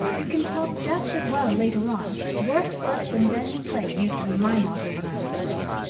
you can talk just as well later on. work first and then play used to be my motto when i was a girl.